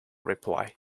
reply